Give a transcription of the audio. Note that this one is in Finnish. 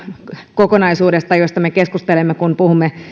kokonaisuudesta josta me keskustelemme kun puhumme